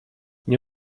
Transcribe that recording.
nie